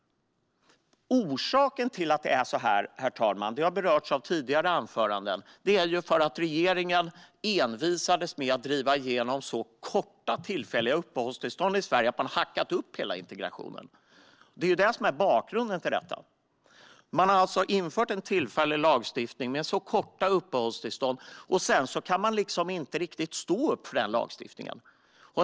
Orsaken till att det är så här har berörts i tidigare anföranden. Det beror på att regeringen envisades med att driva igenom så korta tillfälliga uppehållstillstånd i Sverige att man har hackat upp hela integrationen. Det är bakgrunden till detta. Man har infört en tillfällig lagstiftning med korta uppehållstillstånd, och sedan kan man inte riktigt stå upp för den lagstiftningen.